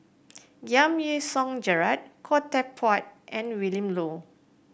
Giam Yean Song Gerald Khoo Teck Puat and Willin Low